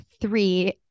three